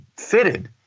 fitted